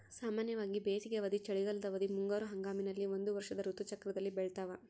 ಸಾಮಾನ್ಯವಾಗಿ ಬೇಸಿಗೆ ಅವಧಿ, ಚಳಿಗಾಲದ ಅವಧಿ, ಮುಂಗಾರು ಹಂಗಾಮಿನಲ್ಲಿ ಒಂದು ವರ್ಷದ ಋತು ಚಕ್ರದಲ್ಲಿ ಬೆಳ್ತಾವ